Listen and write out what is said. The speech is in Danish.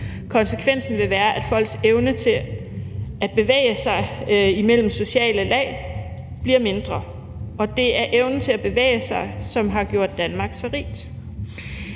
Konsekvensen vil være, at folks evne til at bevæge sig imellem sociale lag bliver mindre. Og det er evnen til at bevæge sig, som har gjort Danmark så rigt: